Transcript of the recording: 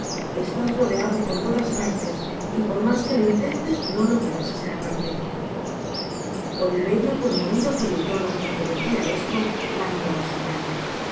estás rodeado por todas partes y por mas que to intentes no lograrás escaparte oliverio conmovido por el tono con que decia esto la miró asombrado